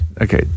Okay